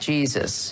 Jesus